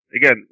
Again